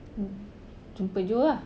mm jumpa joe ah